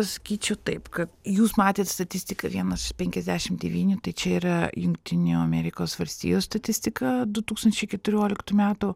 sakyčiau taip kad jūs matėt statistiką vienas iš penkiasdešim devynių tai čia yra jungtinių amerikos valstijų statistika du tūkstančiai keturioliktų metų